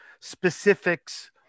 specifics